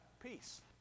peace